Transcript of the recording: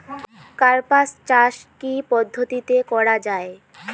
কার্পাস চাষ কী কী পদ্ধতিতে করা য়ায়?